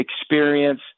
experience